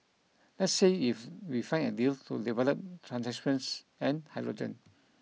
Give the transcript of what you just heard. let's see if we find a deal to develop transmissions and hydrogen